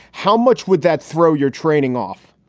how much would that throw your training off?